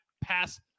pass